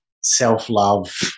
self-love